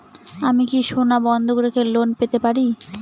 আমি কি সোনা বন্ধক রেখে লোন পেতে পারি?